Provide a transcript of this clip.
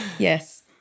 Yes